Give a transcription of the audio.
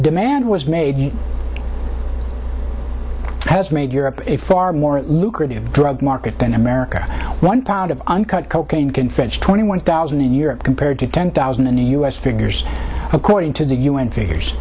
demand was made has made europe a far more lucrative drug market than america one pound of uncut cocaine can fetch twenty one thousand in europe compared to ten thousand in the us figures according to the u n figures